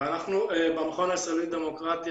ואנחנו במכון הישראלי לדמוקרטיה,